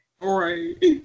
Right